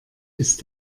ist